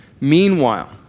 Meanwhile